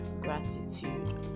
Gratitude